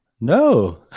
No